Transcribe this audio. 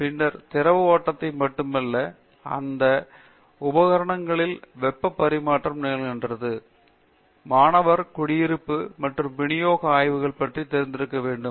பின்னர் திரவ ஓட்டத்தை மட்டுமல்ல இந்த உபகரணங்களில் வெப்ப பரிமாற்றம் நிகழ்கிறது மாணவர் குடியிருப்பு மற்றும் விநியோக ஆய்வுகள் பற்றி தெரிந்திருக்க வேண்டும்